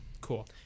cool